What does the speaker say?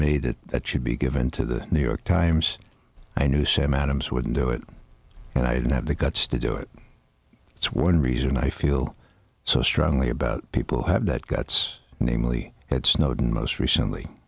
me that it should be given to the new york times i knew sam adams wouldn't do it and i didn't have the guts to do it it's one reason i feel so strongly about people have that guts namely that snowden most recently